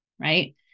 Right